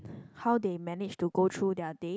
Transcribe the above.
how they manage to go through their day